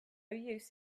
use